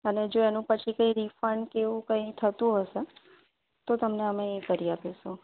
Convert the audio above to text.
અને જો એનું પછી કંઈ રિફંડ કે એવું કંઈ થતું હશે તો તમને અમે એ કરી આપીસુ